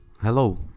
Hello